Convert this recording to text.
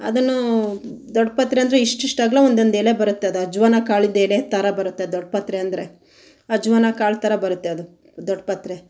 ಅದನ್ನೂ ದೊಡ್ಡಪತ್ರೆ ಅಂದರೆ ಇಷ್ಟಿಷ್ಟು ಅಗಲ ಒಂದೊಂದು ಎಲೆ ಬರುತ್ತೆ ಅದು ಅಜವಾನ ಕಾಳಿನ ಎಲೆ ಥರ ಬರುತ್ತೆ ದೊಡ್ಡಪತ್ರೆ ಅಂದರೆ ಅಜವಾನ ಕಾಳು ಥರ ಬರುತ್ತೆ ಅದು ದೊಡ್ಡಪತ್ರೆ